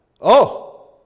Oh